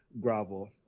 gravel